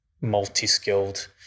multi-skilled